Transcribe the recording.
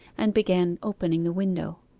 and began opening the window.